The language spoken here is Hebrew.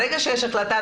ברגע שיש החלטה,